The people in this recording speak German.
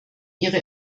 ihre